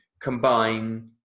combine